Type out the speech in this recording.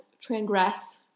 transgress